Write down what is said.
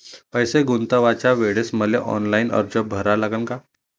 पैसे गुंतवाच्या वेळेसं मले ऑफलाईन अर्ज भरा लागन का?